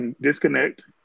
disconnect